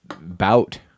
bout